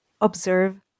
observe